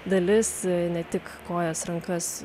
dalis ne tik kojas rankas